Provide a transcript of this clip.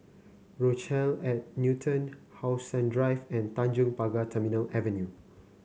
Rochelle at Newton How Sun Drive and Tanjong Pagar Terminal Avenue